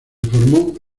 formó